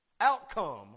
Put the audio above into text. outcome